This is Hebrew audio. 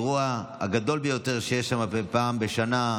באירוע הגדול ביותר שיש שם, שנערך פעם בשנה,